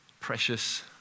precious